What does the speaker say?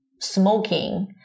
smoking